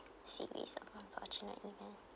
series of unfortunate event